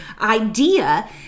idea